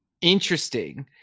Interesting